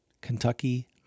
Kentucky